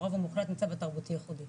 הרוב המוחלט נמצא בתרבותי ייחודי.